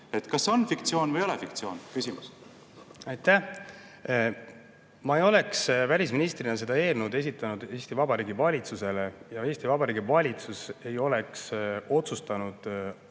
see on fiktsioon või ei ole fiktsioon? Aitäh! Ma ei oleks välisministrina seda eelnõu esitanud Eesti Vabariigi valitsusele ja Eesti Vabariigi valitsus ei oleks otsustanud